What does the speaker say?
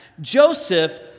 Joseph